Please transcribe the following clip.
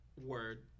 word